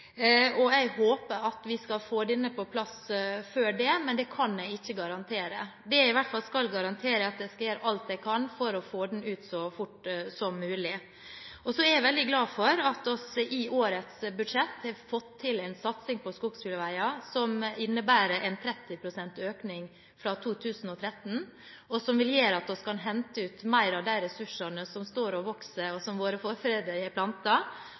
men det kan jeg ikke garantere. Det jeg i alle fall skal garantere, er at jeg skal gjøre alt jeg kan for å få den ut så fort som mulig. Jeg er veldig glad for at vi i årets budsjett har fått til en satsing på skogsbilveier som innebærer en 30 pst. økning fra 2013, og som vil gjøre at vi kan hente ut mer av de ressursene som står og vokser, som våre forfedre har plantet, og som kan gi oss grunnlag for